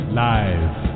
live